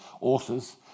authors